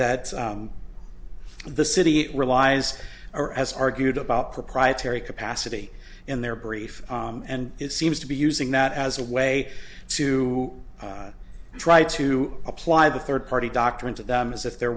that the city it relies are as argued about proprietary capacity in their brief and it seems to be using that as a way to try to apply the third party doctrines of them as if they're